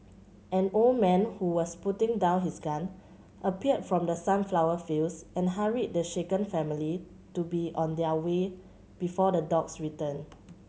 an old man who was putting down his gun appeared from the sunflower fields and hurried the shaken family to be on their way before the dogs return